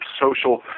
social